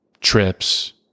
trips